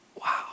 Wow